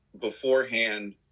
beforehand